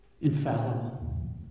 Infallible